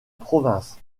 province